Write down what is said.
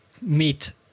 meet